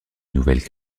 nouvelle